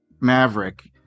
Maverick